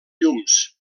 llums